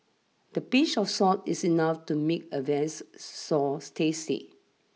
the pinch of salt is enough to make a sauce tasty